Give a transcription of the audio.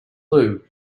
blue